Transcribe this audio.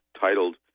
titled